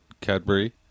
Cadbury